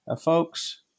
folks